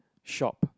shop